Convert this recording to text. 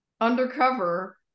undercover